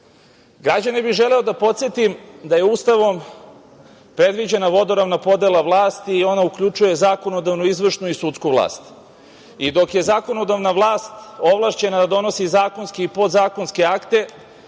bih želeo da podsetim da je Ustavom predviđena vodoravna podela vlasti i ona uključuje zakonodavnu, izvršnu i sudsku vlast i dok je zakonodavna vlast ovlašćena da donosi zakonske i podzakonske akte,